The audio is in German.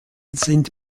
sind